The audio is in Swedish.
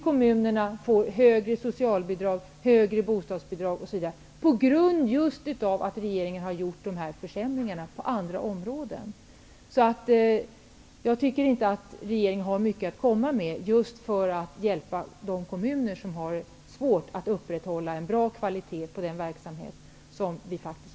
Kommunernas kostnader för exempelvis högre socialbidrag och högre bostadsbidrag ökar på grund av att regeringen åstadkommit försämringar på andra områden. Jag tycker inte att regeringen har så mycket att komma med när det gäller att hjälpa just de kommuner som har svårt att upprätthålla en god kvalitet på önskad verksamhet.